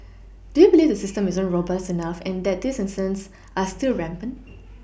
do you believe the system isn't robust enough and that these incidents are still rampant